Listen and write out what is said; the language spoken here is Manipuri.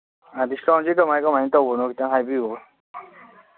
ꯑꯥ ꯗꯤꯁꯀꯥꯎꯟꯁꯦ ꯀꯃꯥꯏꯅ ꯀꯃꯥꯏꯅ ꯇꯧꯕꯅꯣ ꯑꯝꯇ ꯍꯥꯏꯕꯤꯌꯨꯕ